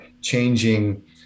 changing